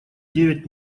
девять